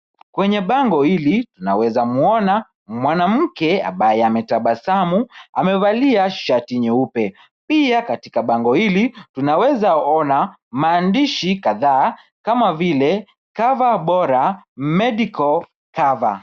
Kwenye bango hili tunaweza mwona mwanamke ambaye ametabasamu. Amevalia shati nyeupe. Pia katika bango hili tunaweza ona, maandishi kadhaa kama vile cover bora medical cover.